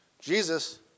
Jesus